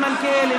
תתבייש.